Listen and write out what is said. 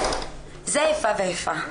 זה איפה ואיפה.